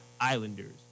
islanders